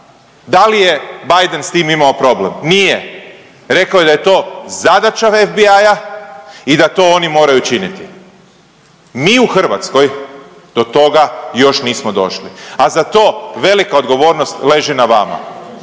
Da li je Biden s tim imao problem? Nije. Rekao je da je to zadaća FBI-a i da to oni moraju činiti. Mi u Hrvatskoj do toga još nismo došli, a za to velika odgovornost leži na vama.